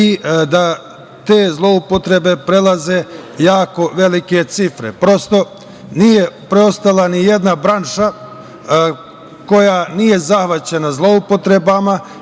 i da te zloupotrebe prelaze jako velike cifre. Prosto, nije preostala ni jedna branša koja nije zahvaćena zloupotrebama